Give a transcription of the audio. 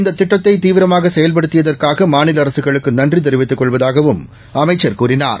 இந்த திட்டத்தை தீவிரமாக செயல்படுத்தியதற்காக மாநில அரசுகளுக்கு நன்றி தெரிவித்துக் கொள்வதாகவும் அமைச்சர் கூறினார்